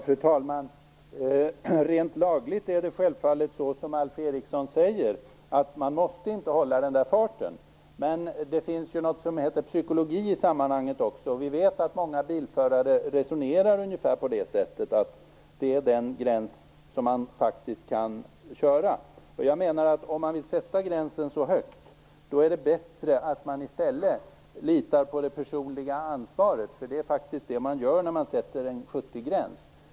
Fru talman! Rent lagligt är det självfallet så, som Alf Eriksson säger, att man inte måste hålla maxhastigheten. Men det finns ju också något som i sammanhanget kallas för psykologi. Vi vet att många bilförare resonerar ungefär så, att hastighetsgränsen faktiskt anger den hastighet som man kan köra. Jag menar att om man vill sätta gränsen så högt är det bättre att i stället lita på det personliga ansvaret, för det är faktiskt det man gör när man sätter en gräns vid 70 kilometer i timmen.